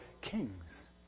kings